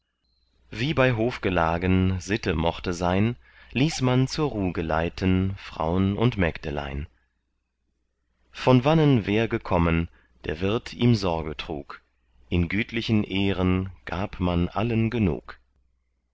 wie bei hofgelagen sitte mochte sein ließ man zur ruh geleiten fraun und mägdelein von wannen wer gekommen der wirt ihm sorge trug in gütlichen ehren gab man allen genug